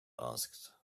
asked